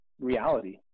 reality